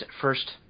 first